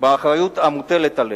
המוטלת עלינו.